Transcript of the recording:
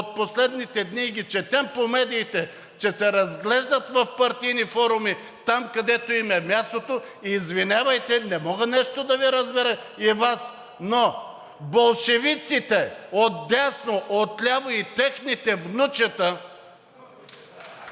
от последните дни и ги четем по медиите, че се разглеждат в партийни форуми – там, където им е мястото, извинявайте, не мога нещо да Ви разбера и Вас. Но болшевиките отдясно, отляво и техните внучета